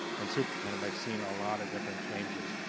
and superintendent. i've seen a lot of different changes.